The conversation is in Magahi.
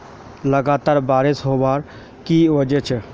लगातार बारिश होबार की वजह छे?